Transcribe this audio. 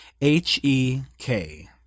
h-e-k